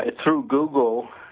ah through google,